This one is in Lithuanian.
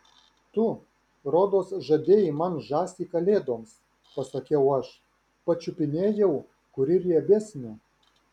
tu rodos žadėjai man žąsį kalėdoms pasakiau aš pačiupinėjau kuri riebesnė